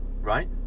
Right